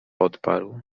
odparł